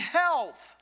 health